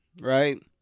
right